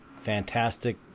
Fantastic